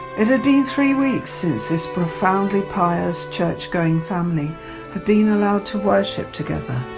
it had been three weeks since this profoundly pious church-going family had been allowed to worship together.